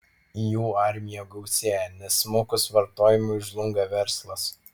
jų armija gausėja nes smukus vartojimui žlunga verslas